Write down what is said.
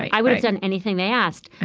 i would've done anything they asked.